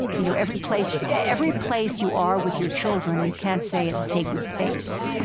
you know, every place yeah every place you are with your children, you can't say is a sacred space.